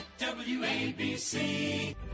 WABC